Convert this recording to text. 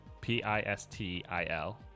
P-I-S-T-I-L